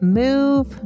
move